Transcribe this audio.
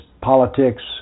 politics